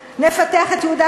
נפתח את ירושלים,